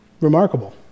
Remarkable